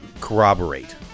corroborate